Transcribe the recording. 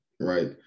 right